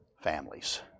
families